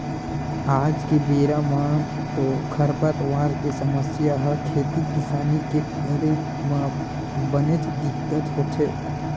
आज के बेरा म तो खरपतवार के समस्या ह खेती किसानी के करे म बनेच दिक्कत होथे